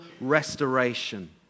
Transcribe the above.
restoration